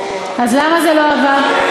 אז למה זה לא עבר?